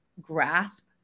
grasp